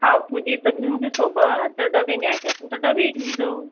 हव पूजेचे घेऊन घेवु सोबत जर डबे न्यायचे असेन तर डबे ही घेऊन जाऊ